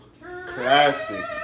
classic